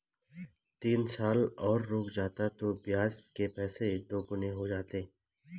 तीन साल और रुक जाता तो ब्याज के पैसे दोगुने हो जाते